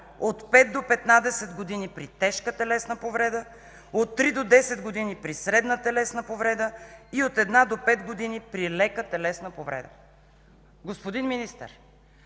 от 5 до 15 години при тежка телесна повреда, от 3 до 10 години при средна телесна повреда и от 1 до 5 години при лека телесна повреда. Господин Министър,